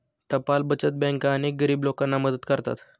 टपाल बचत बँका अनेक गरीब लोकांना मदत करतात